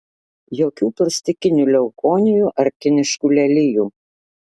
jokių plastikinių leukonijų ar kiniškų lelijų